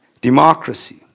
democracy